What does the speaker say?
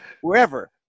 wherever